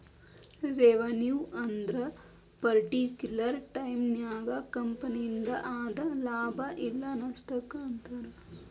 revenue ಅಂದ್ರ particular ಟೈಮನ್ಯಾಗ ಕಂಪನಿಯಿಂದ ಆದ ಲಾಭ ಇಲ್ಲ ನಷ್ಟಕ್ಕ ಅಂತಾರ